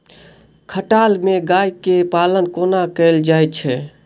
खटाल मे गाय केँ पालन कोना कैल जाय छै?